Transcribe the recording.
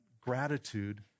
gratitude